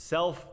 Self